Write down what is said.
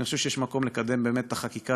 אני חושב שיש מקום לקדם באמת את החקיקה